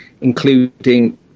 including